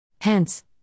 Hence